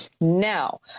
Now